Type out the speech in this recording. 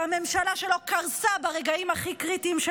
שהממשלה שלו קרסה ברגעים הכי קריטיים של